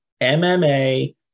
MMA